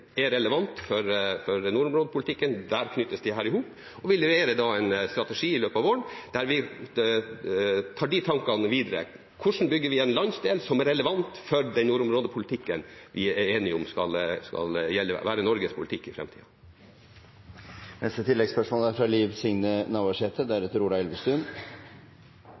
relevant for nordområdepolitikken. Der knyttes disse i hop. Vi leverer en strategi i løpet av våren, der vi tar de tankene videre – hvordan vi bygger en landsdel som er relevant for den nordområdepolitikken vi er enige om skal være Norges politikk i framtiden. Liv Signe Navarsete